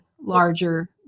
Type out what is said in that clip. larger